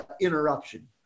interruption